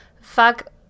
Fuck